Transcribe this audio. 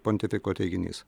pontifiko teiginys